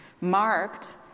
marked